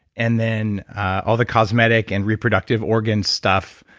and then all the cosmetic and reproductive organ stuff.